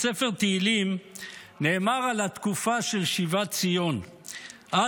בספר תהילים נאמר על התקופה של שיבת ציון: